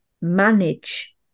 manage